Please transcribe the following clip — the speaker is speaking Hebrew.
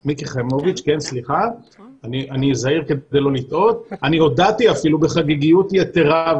חיימוביץ' אני הודעתי אפילו בחגיגיות יתרה,